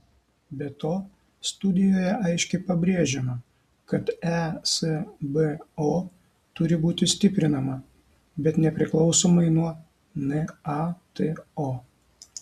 be to studijoje aiškiai pabrėžiama kad esbo turi būti stiprinama bet nepriklausomai nuo nato